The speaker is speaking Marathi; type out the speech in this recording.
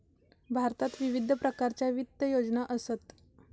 भारतात विविध प्रकारच्या वित्त योजना असत